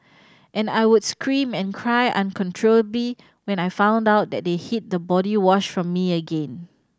and I would scream and cry uncontrollably when I found out that they hid the body wash from me again